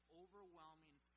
overwhelming